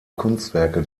kunstwerke